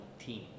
team